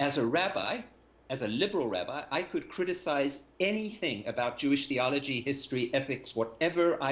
as a rabbi as a liberal rabbi i could criticize anything about jewish theology history ethics whatever i